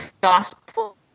gospel